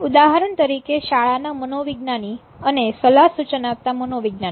ઉદાહરણ તરીકે શાળાના મનોવિજ્ઞાની અને સલાહ સુચન આપતા મનોવિજ્ઞાની